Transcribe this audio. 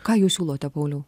ką jūs siūlote pauliau